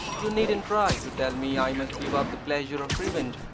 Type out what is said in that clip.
you needn't try to tell me i must give up the pleasure of revenge.